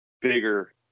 bigger